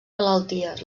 malalties